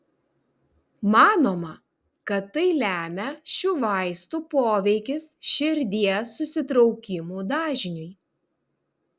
manoma kad tai lemia šių vaistų poveikis širdies susitraukimų dažniui